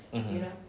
mmhmm